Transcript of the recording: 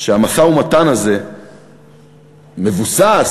שהמשא-ומתן הזה מבוסס,